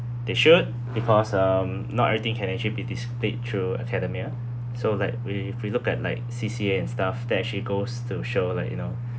they should because um not everything can actually be displayed through academia so like we we looked at like C_C_A and stuff that actually goes to show like you know